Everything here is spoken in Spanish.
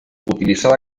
utilizada